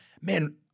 man—